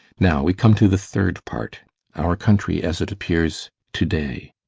now we come to the third part our country as it appears to-day.